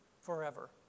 forever